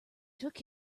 took